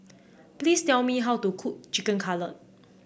please tell me how to cook Chicken Cutlet